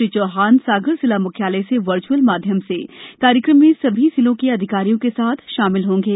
श्री चौहान सागर जिला मुख्यालय से वर्चुअल माध्यम से कार्यक्रम में सभी जिलों के अधिकारियों के साथ शामिल होंगे